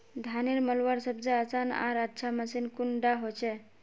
धानेर मलवार सबसे आसान आर अच्छा मशीन कुन डा होचए?